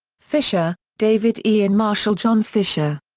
fisher, david e. and marshall jon fisher.